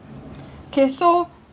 kay so